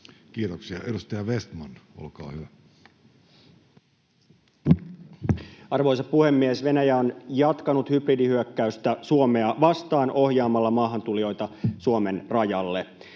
Kiitoksia. — Edustaja Vestman, olkaa hyvä. Arvoisa puhemies! Venäjä on jatkanut hybridihyökkäystä Suomea vastaan ohjaamalla maahantulijoita Suomen rajalle.